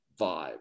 vibe